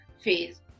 phase